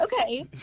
okay